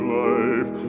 life